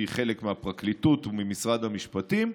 שהיא חלק מהפרקליטות וממשרד המשפטים.